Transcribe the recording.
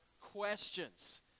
questions